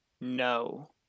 No